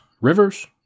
Rivers